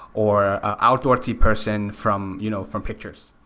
or ah outdoorsy person from you know from pictures.